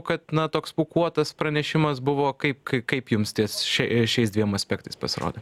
kad na toks pūkuotas pranešimas buvo kaip kaip kaip jums ties šia šiais dviem aspektais pasirodė